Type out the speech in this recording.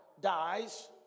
dies